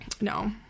No